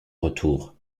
retour